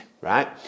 right